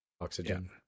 oxygen